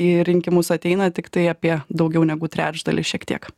į rinkimus ateina tiktai apie daugiau negu trečdalį šiek tiek